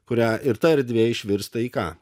kurią ir ta erdvė išvirsta į ką